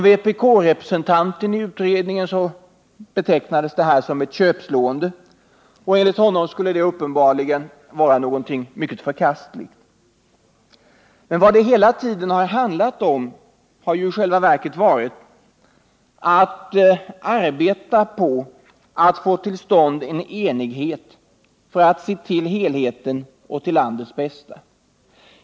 Vpk-representanten i utredningen betecknade detta som ett köpslående, och enligt honom skulle detta vara något förkastligt. Men vad det hela tiden handlat om har i själva verket varit ett arbete som gått ut på att uppnå enighet och som syftat till helheten och till landets bästa.